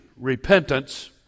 repentance